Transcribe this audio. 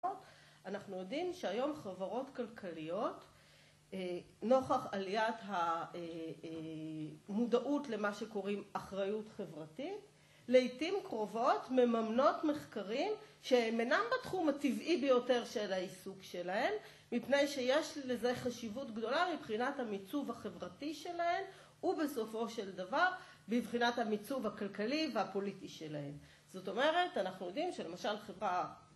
אנחנו יודעים שהיום חברות כלכליות, נוכח עליית המודעות למה שקוראים אחריות חברתית, לעתים קרובות מממנות מחקרים שהם אינם בתחום הטבעי ביותר של העיסוק שלהם, מפני שיש לזה חשיבות גדולה מבחינת המיצוב החברתי שלהם, ובסופו של דבר, בבחינת המיצוב הכלכלי והפוליטי שלהם. זאת אומרת, אנחנו יודעים שלמשל, חברה...